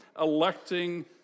electing